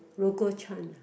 local chant